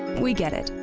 we get it.